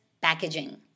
packaging